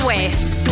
West